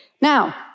Now